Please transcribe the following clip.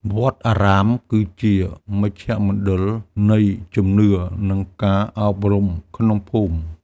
វត្តអារាមគឺជាមជ្ឈមណ្ឌលនៃជំនឿ និងការអប់រំក្នុងភូមិ។